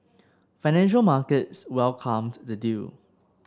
financial markets welcomed the deal